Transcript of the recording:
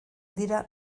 dira